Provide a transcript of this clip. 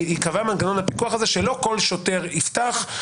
שייקבע מנגנון הפיקוח הזה שלא כל שוטר ייפתח,